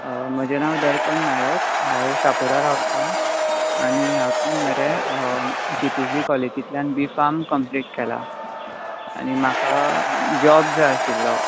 म्हजे नांव दर्पण नायक हांव शापोरा रावतां आनी हांवें मरे जि पी सि कॉलेजींतल्यान बिफार्म कंपलिट केलां आनी म्हाका जॉब जाय आशिल्लो